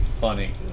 Funny